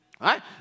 right